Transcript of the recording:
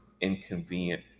inconvenient